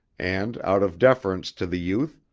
and, out of deference to the youth,